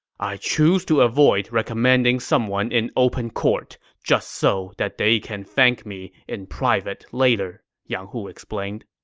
i choose to avoid recommending someone in open court just so that they can thank me in private later, yang hu explained.